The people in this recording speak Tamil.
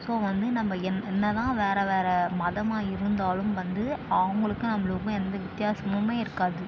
ஸோ வந்து நம்ம என் என்ன தான் வேறு வேறு மதமாக இருந்தாலும் வந்து அவங்களுக்கும் நம்மளுக்கும் எந்த வித்தியாசமுமே இருக்காது